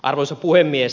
arvoisa puhemies